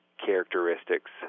Characteristics